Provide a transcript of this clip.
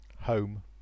home